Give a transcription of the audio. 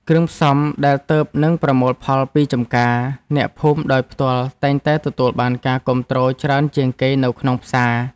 គ្រឿងផ្សំដែលទើបនឹងប្រមូលផលពីចម្ការអ្នកភូមិដោយផ្ទាល់តែងតែទទួលបានការគាំទ្រច្រើនជាងគេនៅក្នុងផ្សារ។